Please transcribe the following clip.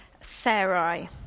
Sarai